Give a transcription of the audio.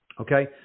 Okay